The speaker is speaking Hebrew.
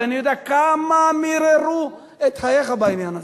ואני יודע כמה מיררו את חייך בעניין הזה,